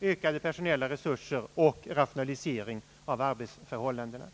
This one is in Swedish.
ökade personella resurser och rationalisering av arbetsförhållandena.